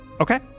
Okay